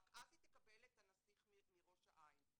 רק אז היא תקבל את הנסיך מראש העין.